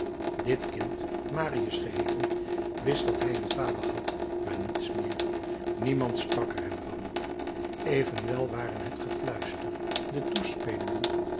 dit kind marius geheeten wist dat hij een vader had maar niets meer niemand sprak er hem van evenwel waren het gefluister de toespelingen